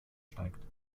steigt